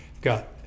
Got